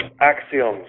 axioms